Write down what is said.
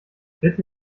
bitte